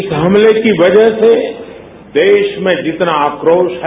इस हमले की वजह से देश में जितना आक्रोश है